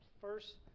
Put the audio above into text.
first